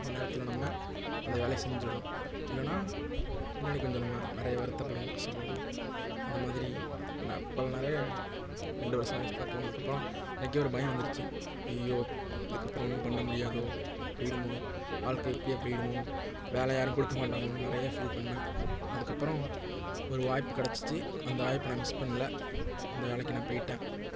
அந்த நேரத்தில் நம்ம அந்த வேலையை செஞ்சுடணும் இல்லைனா பின்னாடி கொஞ்சம் நம்ம நிறைய வருத்தப்படுவோம் கஷ்டப்படுவோம் அந்த மாதிரி இப்போ நிறைய ரெண்டு வர்ஷம் வேஸ்ட்டாக போனதுக்கப்பறம் எனக்கு ஒரு பயம் வந்துடுச்சு ஐய்யையோ இதுக்கப்பறம் ஒன்றும் பண்ண முடியாம போய்டுமோ வாழ்க்கை இப்படியே போய்டுமோ வேலை யாரும் கொடுக்க மாட்டாங்களோ நிறைய ஃபீல் பண்ணேன் அதுக்கப்பறம் ஒரு வாய்ப்பு கெடைச்சிச்சி அந்த வாய்ப்பு நான் மிஸ் பண்ணல அந்த வேலைக்கு நான் போயிட்டேன்